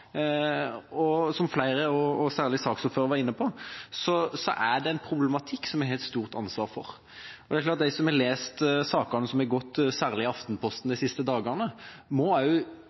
og som flere – og særlig saksordføreren – var inne på, er det en problematikk vi har et stort ansvar for. De som har lest sakene som har vært omtalt i særlig Aftenposten de siste dagene, må